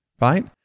right